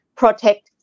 protect